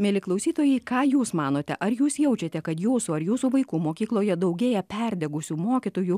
mieli klausytojai ką jūs manote ar jūs jaučiate kad jūsų ar jūsų vaikų mokykloje daugėja perdegusių mokytojų